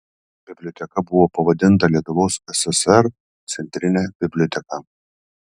biblioteka buvo pavadinta lietuvos ssr centrine biblioteka